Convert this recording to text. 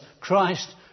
Christ